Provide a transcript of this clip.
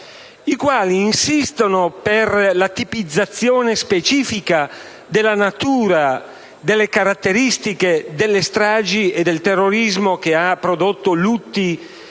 i quali insistono per la tipizzazione specifica della natura, delle caratteristiche delle stragi e del terrorismo che ha prodotto lutti